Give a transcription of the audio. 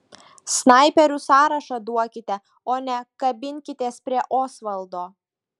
snaiperių sąrašą duokite o ne kabinkitės prie osvaldo